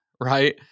right